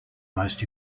most